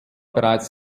bereits